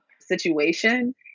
situation